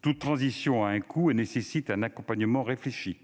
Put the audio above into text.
Toute transition a un coût et nécessite un accompagnement réfléchi.